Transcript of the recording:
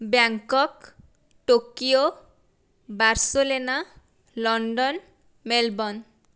Bangkok Tokyo Barcelona London Melbourne